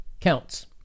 counts